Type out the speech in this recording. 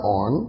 on